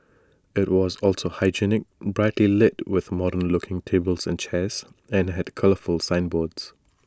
IT was also hygienic brightly lit with modern looking tables and chairs and had colourful signboards